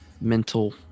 mental